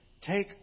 Take